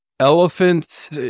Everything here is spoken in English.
Elephants